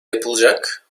yapılacak